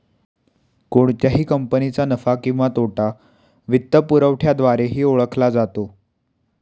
कोणत्याही कंपनीचा नफा किंवा तोटा वित्तपुरवठ्याद्वारेही ओळखला जातो